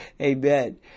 amen